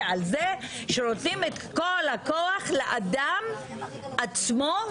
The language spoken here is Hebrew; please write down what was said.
על זה שרוצים את כל הכוח לאדם עצמו,